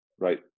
Right